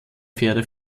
pferde